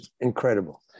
incredible